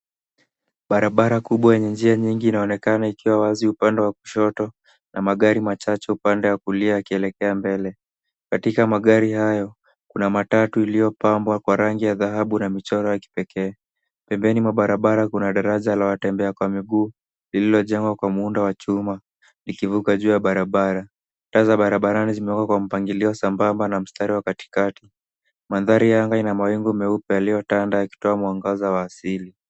Barabara kubwa yenye njia nyingi inaonekana ikiwa wazi upande wa kushoto na magari machache upande ya kulia yakielekea mbele. Katika magari hayo kuna matatu iliyopambwa kwa rangi ya dhahabu na michoro ya kipekee. Pembeni mwa barabara kuna daraja la watembea kwa miguu lililojengwa kwa muundo wa chuma nikivuka juu ya barabarani. Taa za barabarani zimewekwa kwa mpangilio sambamba na mstari wa katikati. Mandhari ya anga ina mawingu meupe yaliyotanda akitoa mwangaza wa asili.